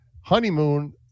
honeymoon